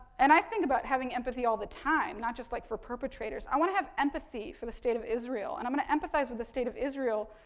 and i think about having empathy all the time not just like for perpetrators, i want to have empathy for the state of israel and i want to empathize with the state of israel,